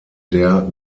der